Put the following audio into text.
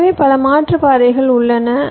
எனவே பல மாற்று பாதைகள் உள்ளன